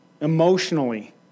emotionally